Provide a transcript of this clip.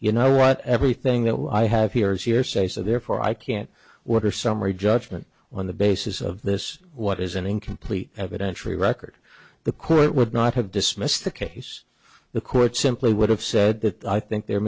you know what everything that i have here is hearsay so therefore i can't what are summary judgment on the basis of this what is an incomplete evidentiary record the court would not have dismissed the case the court simply would have said that i think the